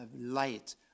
light